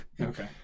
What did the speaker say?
Okay